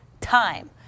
time